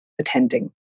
attending